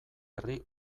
herri